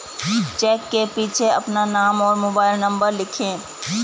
check के पीछे अपना नाम और मोबाइल नंबर लिखें